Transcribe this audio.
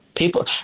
people